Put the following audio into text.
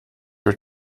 were